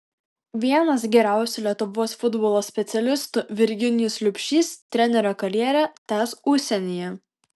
vienas garsiausių lietuvos futbolo specialistų virginijus liubšys trenerio karjerą tęs užsienyje